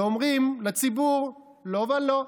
ואומרים לציבור: לא ולא,